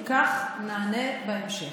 אם כך, נענה בהמשך.